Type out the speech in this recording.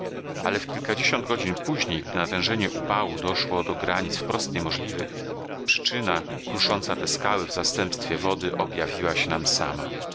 ale w kilkadziesiąt godzin później gdy natężenie upału doszło do granic wprost niemożliwych przyczyna krusząca te skały w zastępstwie wody objawiła nam się sama